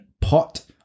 pot